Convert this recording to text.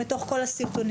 בתוך כל הסרטונים האלה.